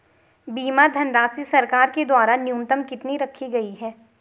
बीमा धनराशि सरकार के द्वारा न्यूनतम कितनी रखी गई है?